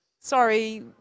Sorry